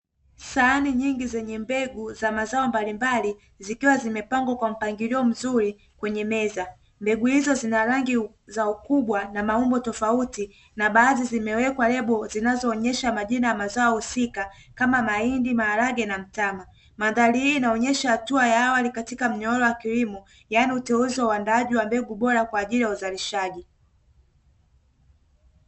Sahani nyingi zenye mbegu za mazao mbalimbali zikiwa zimepangwa kwa mpangilio mzuri kwenye meza, mbegu hizo zina rangi na ukubwa wa maumbo tofauti na baadhi zimewekwa lebo zinazoonyesha majina ya mazao husika kama vile mahindi, maharage na mtama, mandhari hii inaonyesha hatua ya awali katika mnyororo wa kilimo yaani uteuzi wa uandaaji wa mbegu bora kwa ajili ya uzalishaji.